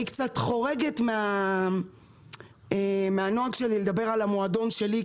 אני קצת חורגת מהנוהג שלי לדבר על המועדון שלי,